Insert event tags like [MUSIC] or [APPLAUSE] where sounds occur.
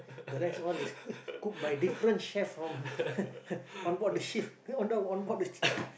the rest all is [LAUGHS] cooked by different chef from [LAUGHS] onboard the shift [LAUGHS] on the onboard the ship